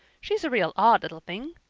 she's a real odd little thing.